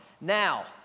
Now